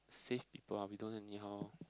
safe people ah we don't anyhow